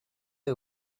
the